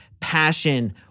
passion